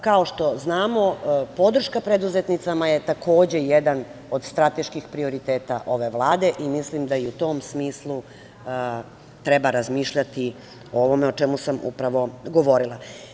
Kao što znamo, podrška preduzetnicama je takođe jedan od strateških prioriteta ove Vlade i mislim da u tom smislu treba razmišljati o ovome o čemu sam upravo govorila.